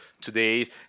today